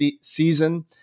season